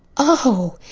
oh!